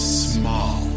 small